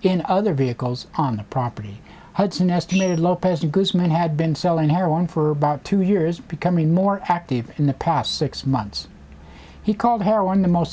in other vehicles on the property hudson astley lopez guzman had been selling heroin for about two years becoming more active in the past six months he called heroin the most